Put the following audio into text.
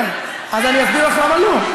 רגע, אז אני אסביר לך למה לא.